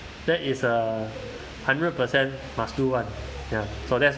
that is uh hundred percent must do [one] ya so that's